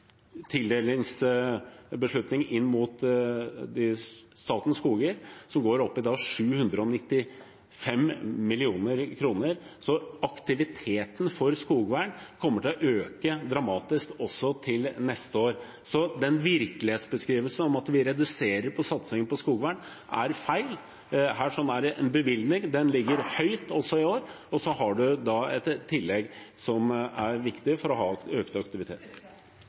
tildelingsbeslutning inn mot statens skoger som er oppe i 795 mill. kr. Aktiviteten for skogvern kommer til å øke dramatisk også til neste år. Så den virkelighetsbeskrivelsen om at vi reduserer satsingen på skogvern, er feil. Her er det en bevilgning. Den ligger høyt også i år, og så er det et tillegg som er viktig for å ha økt aktivitet.